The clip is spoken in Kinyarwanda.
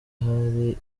hari